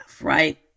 right